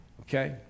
okay